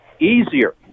Easier